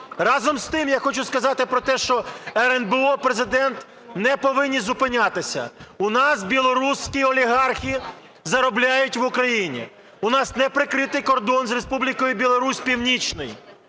Разом з тим, я хочу сказати про те, що РНБО, Президент не повинні зупинятися. У нас білоруські олігархи заробляють в Україні. У нас неприкритий кордон з Республікою Білорусь північний.